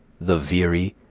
the veery,